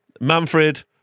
Manfred